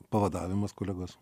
pavadavimas kolegos